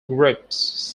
groups